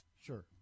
Sure